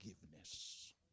forgiveness